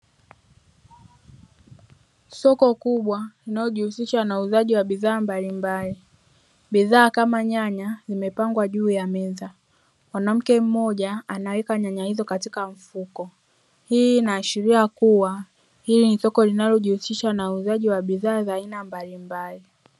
Soko kubwa linalo jihusisha na uuzaji wa bidhaa mbalimbali bidhaa kama nyanya nimepangwa juu ya meza, mwanamke mmoja anaweka nyanya hizo katika mfuko, hii inaashiria kuwa hili ni soko linalojihusisha na uuzaji wa bidhaa za aina mbalimbali.